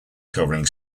covering